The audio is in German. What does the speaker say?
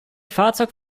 fahrzeug